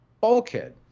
Bulkhead